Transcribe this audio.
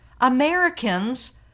Americans